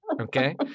okay